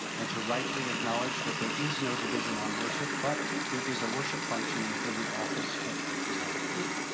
and to rightly acknowledge that there is no division on worship but there is a worship function within the office of the presiding bishop.